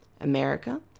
America